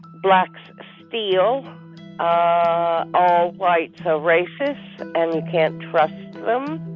blacks steal. ah all whites are racists and can't trust them.